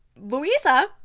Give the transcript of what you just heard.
Louisa